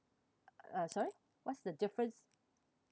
uh sorry what's the difference